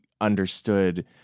understood